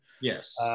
Yes